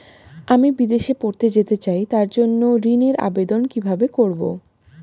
আমি বিদেশে পড়তে যেতে চাই তার জন্য ঋণের আবেদন কিভাবে করব?